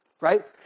right